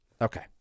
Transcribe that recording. Okay